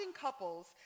couples